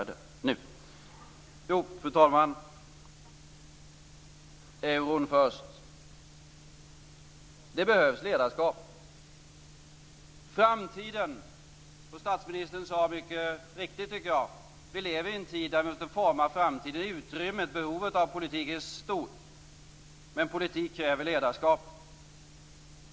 Fru talman! Först till euron. Det behövs ledarskap. Statsministern sade mycket riktigt att vi lever i en tid där vi måste forma framtiden. Utrymmet och behovet av politik är stort. Men politik kräver ledarskap.